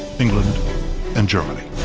england and germany.